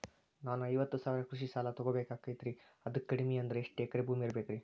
ನಾನು ಐವತ್ತು ಸಾವಿರ ಕೃಷಿ ಸಾಲಾ ತೊಗೋಬೇಕಾಗೈತ್ರಿ ಅದಕ್ ಕಡಿಮಿ ಅಂದ್ರ ಎಷ್ಟ ಎಕರೆ ಭೂಮಿ ಇರಬೇಕ್ರಿ?